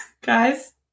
guys